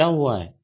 तो क्या हुआ है